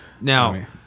now